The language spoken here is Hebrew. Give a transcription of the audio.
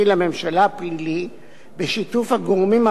בשיתוף הגורמים הרלוונטיים במשטרת ישראל.